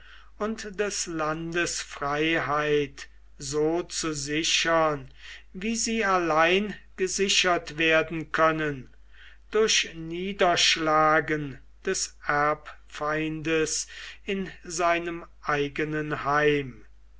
und des landes freiheit so zu sichern wie sie allein gesichert werden können durch niederschlagen des erbfeindes in seinem eigenen heim